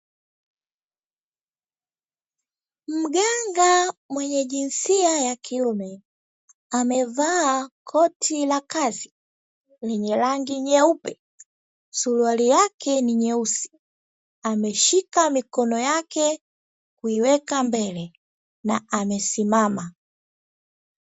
Mganga mwenye jinsia ya kiume, amevaa koti la kazi lenye rangi nyeupe, suruali yake ni nyeusi ameshika mikono yake, kuiweka mbele na amesimama.